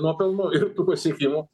nuopelnų ir tų pasiekimų